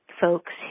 folks